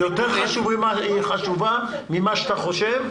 יותר חשובה ממה שאתה חושב,